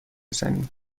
زنیم